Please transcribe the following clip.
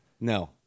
No